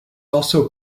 also